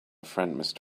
friend